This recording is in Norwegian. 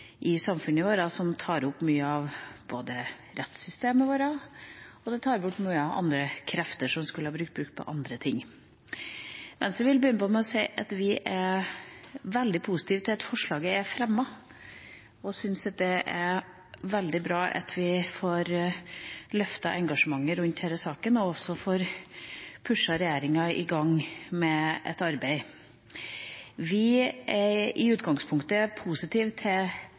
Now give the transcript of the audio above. i samfunnet vårt, som tar opp mye av rettssystemet vårt, og det tar bort mye krefter som skulle vært brukt på andre ting. Men jeg vil begynne med å si at vi er veldig positive til at dette forslaget er fremmet, og vi synes det er veldig bra at vi får løftet engasjementet rundt denne saken og også at vi får pushet regjeringen i gang med et arbeid. Vi er i utgangspunktet positive til